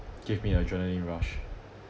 gave me an adrenaline rush